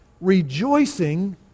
rejoicing